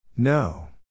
No